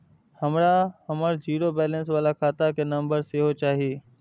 हमरा हमर zero balance बाला खाता के नम्बर सेहो चाही